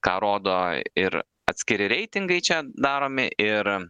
ką rodo ir atskiri reitingai čia daromi ir